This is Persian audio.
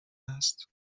هست